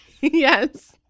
Yes